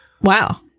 wow